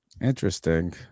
Interesting